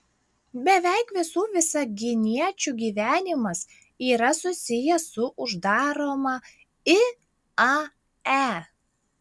beveik visų visaginiečių gyvenimas yra susijęs su uždaroma iae